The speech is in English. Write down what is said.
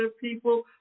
people